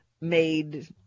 made